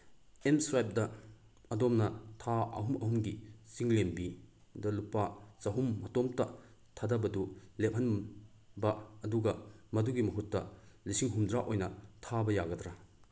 M ꯁ꯭ꯋꯦꯞꯇ ꯑꯗꯣꯝꯅ ꯊꯥ ꯑꯍꯨꯝ ꯑꯍꯨꯝꯒꯤ ꯆꯤꯡꯂꯦꯝꯕꯤꯗ ꯂꯨꯄꯥ ꯆꯍꯨꯝ ꯃꯇꯣꯝꯇ ꯊꯥꯗꯕꯗꯨ ꯂꯦꯞꯍꯟꯕ ꯑꯗꯨꯒ ꯃꯗꯨꯒꯤ ꯃꯍꯨꯠꯇ ꯂꯤꯁꯤꯡ ꯍꯨꯝꯗ꯭ꯔꯥ ꯑꯣꯏꯅ ꯊꯥꯕ ꯌꯥꯒꯗ꯭ꯔꯥ